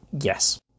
Yes